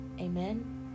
Amen